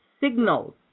signals